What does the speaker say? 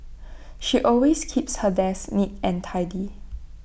she always keeps her desk neat and tidy